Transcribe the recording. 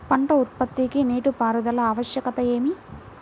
పంట ఉత్పత్తికి నీటిపారుదల ఆవశ్యకత ఏమి?